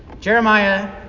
Jeremiah